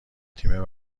تیم